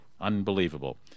Unbelievable